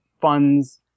funds